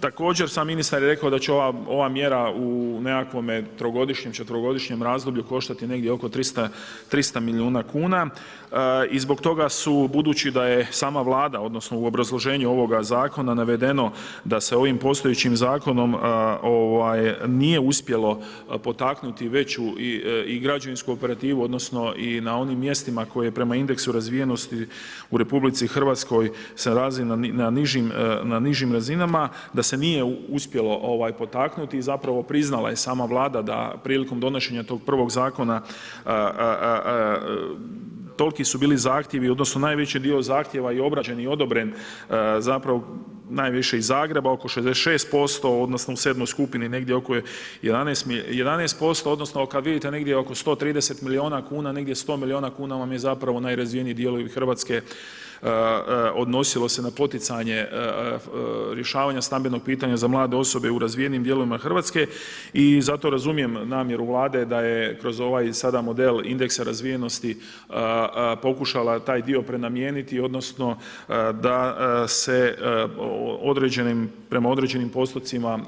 Također sam ministar je rekao da će ova mjera u nekakvom trogodišnjem, četverogodišnjem razdoblju koštati negdje oko 300 milijuna kuna i zbog toga su, budući da je sama Vlada, odnosno u obrazloženju ovoga zakona navedeno da se ovim postojećim zakonom nije uspjelo potaknuti veću i građevinsku operativu, odnosno i na onim mjestima koji prema indeksu razvijenosti u RH se razvija na nižim razinama, da se nije uspjelo potaknuti i zapravo priznala je sama Vlada da prilikom donošenja tog prvog zakona tolki su bili zahtjevi, odnosno najveći dio zahtjeva i obrađen i odobren zapravo najviše iz Zagreba, oko 66%, odnosno u 7. skupini negdje oko 11%, odnosno kad vidite negdje oko 130 milijuna kuna, negdje 100 milijuna kuna, zapravo najrazvijeniji dijelovi Hrvatske odnosilo se na poticanje rješavanja stambenog pitanja za mlade osobe u razvijenim dijelovima Hrvatske i zato razumijem namjeru Vlade da je kroz ovaj sada model indeksa razvijenosti pokušala taj dio prenamijeniti, odnosno da se prema određenim postotcima